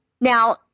Now